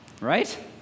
right